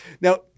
Now